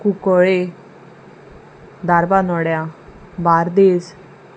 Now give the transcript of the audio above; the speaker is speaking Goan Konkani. कुंकळे धारबानोड्या बार्देस